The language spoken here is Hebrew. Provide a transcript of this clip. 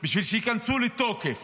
שייכנסו לתוקף.